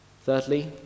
Thirdly